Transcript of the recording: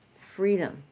Freedom